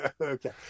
Okay